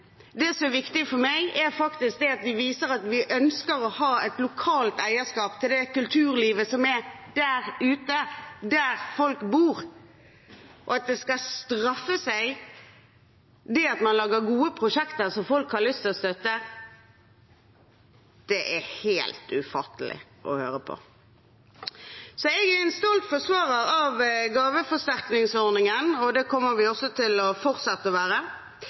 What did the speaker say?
Det som er viktig for meg, er at vi viser at vi ønsker å ha et lokalt eierskap til det kulturlivet som er der ute, der folk bor. At det skal straffe seg at man lager gode prosjekter som folk har lyst til å støtte, er helt ufattelig å høre på. Jeg er en stolt forsvarer av gaveforsterkningsordningen, og det kommer vi også til å fortsette å være.